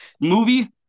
movie